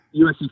USC